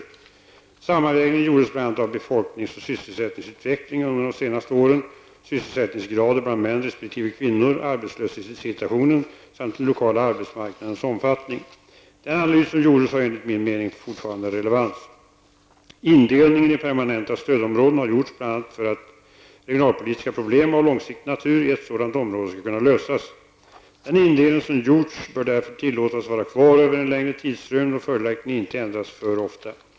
En sammanvägning gjordes bl.a. av befolknings och sysselsättningsutveckling under de senaste åren, sysselsättningsgrader bland män resp. kvinnor, arbetslöshetssituationen samt den lokala arbetsmarknadens omfattning. Den analys som gjordes har enligt min mening fortfarande relevans. Indelning i permanenta stödområden har gjorts bl.a. för att regionalpolitiska problem av långsiktig natur i ett sådant område skall kunna lösas. Den indelning som gjorts bör därför tillåtas vara kvar över en längre tidrymd och följaktligen inte ändras för ofta.